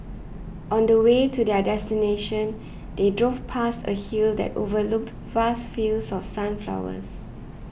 on the way to their destination they drove past a hill that overlooked vast fields of sunflowers